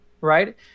right